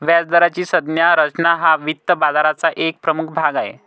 व्याजदराची संज्ञा रचना हा वित्त बाजाराचा एक प्रमुख भाग आहे